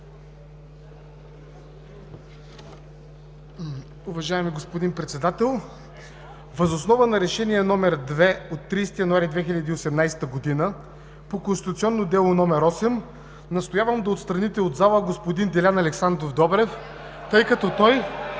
Уважаеми господин Председател! Въз основа на Решение № 2 от 30 януари 2018 г. по Конституционно дело № 8 настоявам да отстраните от зала господин Делян Александров Добрев (шум и